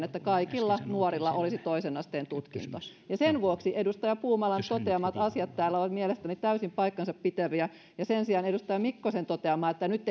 että kaikilla nuorilla olisi toisen asteen tutkinto sen vuoksi edustaja puumalan täällä toteamat asiat ovat mielestäni täysin paikkansa pitäviä ja sen sijaan edustaja mikkosen toteama että nyt